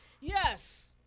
Yes